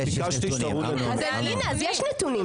יש נתונים.